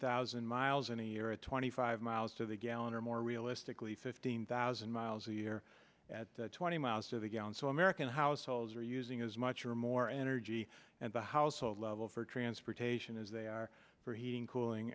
thousand miles in a year at twenty five five miles to the gallon or more realistically fifteen thousand miles a year at twenty miles to the gallon so american households are using as much or more energy and the household level for transportation as they are for heating cooling